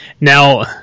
Now